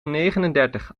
negenendertig